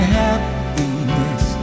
happiness